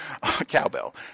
cowbell